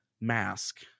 Mask